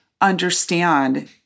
understand